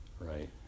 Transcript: Right